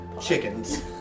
chickens